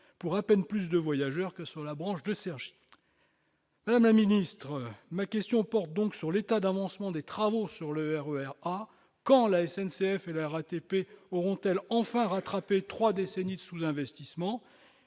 pour à peine plus de voyageurs que sur la branche de Cergy. Madame la ministre, ma question porte donc sur l'état d'avancement des travaux sur le RER A : quand la SNCF et la RATP auront-elles enfin rattrapé trois décennies de sous-investissement ?